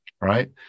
right